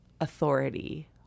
authority